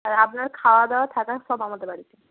আর আপনার খাওয়া দাওয়া থাকা সব আমাদের বাড়িতে